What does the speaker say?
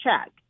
check